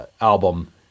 Album